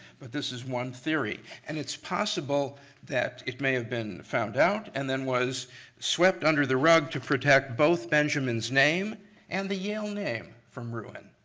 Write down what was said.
but this is one theory. and it's possible that it may have been found out and then was swept under the rug to protect both benjamin's name and the yale name from ruin.